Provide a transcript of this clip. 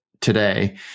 today –